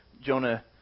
Jonah